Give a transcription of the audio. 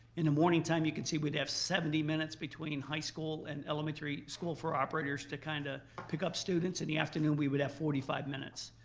in the morning time you can see we'd have seventy minutes in between high school and elementary school for operators to kind of pick up students. in the afternoon we would have forty five minutes.